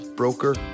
broker